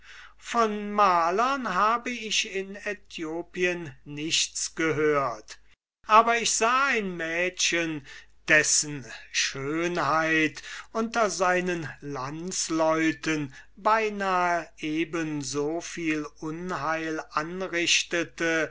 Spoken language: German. von malern habe ich in aethiopien nichts gehört aber ich sah ein mädchen dessen schönheit unter seinen landesleuten beinahe eben so viel unheil anrichtete